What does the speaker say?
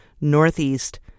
Northeast